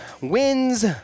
wins